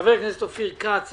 חבר הכנסת אופיר כץ,